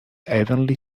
evenly